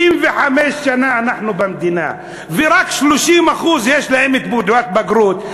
65 שנה אנחנו במדינה, ורק 30% יש להם תעודת בגרות.